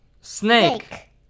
Snake